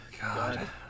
God